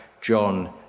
John